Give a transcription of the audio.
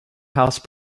house